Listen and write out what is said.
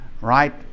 right